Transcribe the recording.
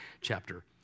chapter